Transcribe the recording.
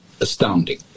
astounding